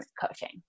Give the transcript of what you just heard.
coaching